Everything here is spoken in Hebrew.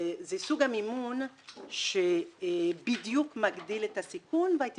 זה סוג המימון שבדיוק מגדיל את הסיכון והייתי